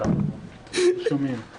אליך